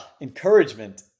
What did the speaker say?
Encouragement